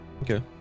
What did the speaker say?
okay